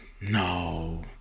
no